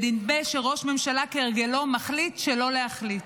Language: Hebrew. ונדמה שראש הממשלה כהרגלו מחליט שלא להחליט.